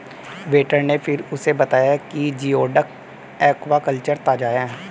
waiter ने फिर उसे बताया कि जिओडक एक्वाकल्चर ताजा है